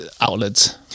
outlets